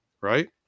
right